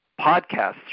podcasts